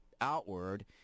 outward